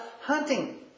hunting